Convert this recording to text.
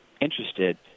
interested